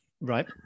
Right